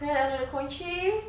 then anuh the kunci